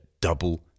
double